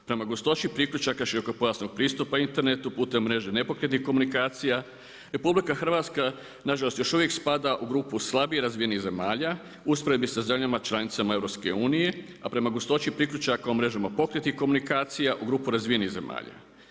Prema gustoći priključaka širokopojasnog pristupa internetu putem mreže nepokretnih komunikacija RH nažalost još uvijek spada u grupu slabije razvijenih zemalja u usporedbi sa zemljama članicama EU, a prema gustoći priključaka u mrežama pokretnih komunikacija u grupu razvijenih zemalja.